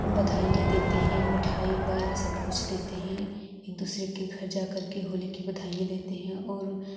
बधाईयाँ देते हैं मिठाई वगैरह सब कुछ देते हैं एक दूसरे के घर जा के होली की बधाईयाँ देते हैं और